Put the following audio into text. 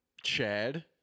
Chad